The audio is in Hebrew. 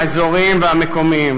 האזוריים והמקומיים,